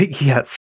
Yes